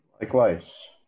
Likewise